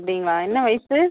அப்படிங்களா என்ன வயது